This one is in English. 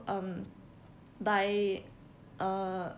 um by uh